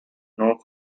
not